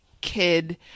kid